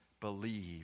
believe